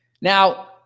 Now